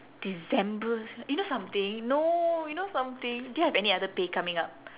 december you know something no you know something do you have any other pay coming up